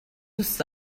دوست